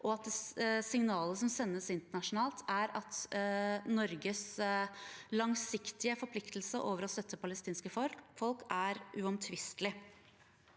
og at signalet som sendes ut internasjonalt, er at Norges langsiktige forpliktelse til å støtte det palestinske folk er uomtvistelig.